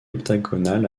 octogonal